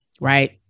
Right